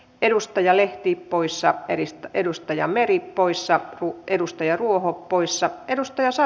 edustaja lehtipuissa erista edustaja meri poissa edustaja ruoho puissa edustajansa